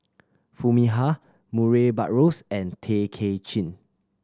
Foo Mee Har Murray Buttrose and Tay Kay Chin